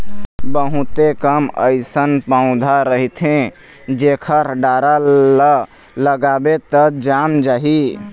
बहुते कम अइसन पउधा रहिथे जेखर डारा ल लगाबे त जाम जाही